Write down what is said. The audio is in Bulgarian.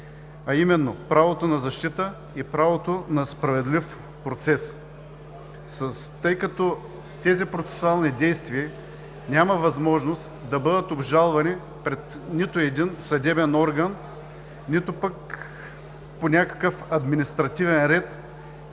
а именно правото на защита и правото на справедлив процес, тъй като тези процесуални действия няма възможност да бъдат обжалвани пред нито един съдебен орган, нито по някакъв административен ред,